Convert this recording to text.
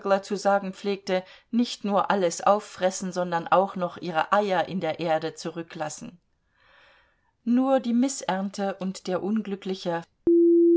zu sagen pflegte nicht nur alles auffressen sondern auch noch ihre eier in der erde zurücklassen nur die mißernte und der unglückliche